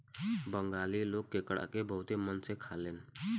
बंगाली लोग केकड़ा के बहुते मन से खालेन